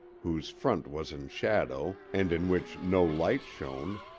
whose front was in shadow, and in which no light shone,